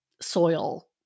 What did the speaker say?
soil